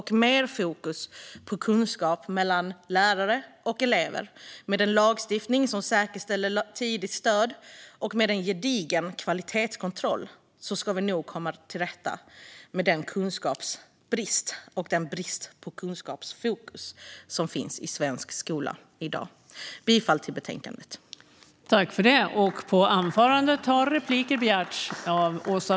Med fokus på kunskap mellan lärare och elever, med en lagstiftning som säkerställer tidigt stöd och med en gedigen kvalitetskontroll ska vi nog komma till rätta med den kunskapsbrist och den brist på kunskapsfokus som finns i svensk skola i dag. Jag yrkar bifall till förslaget i betänkandet.